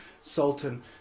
sultan